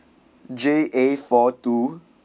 J_A four two